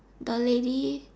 the lady